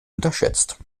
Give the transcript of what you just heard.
unterschätzt